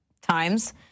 times